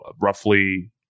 roughly